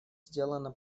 сделано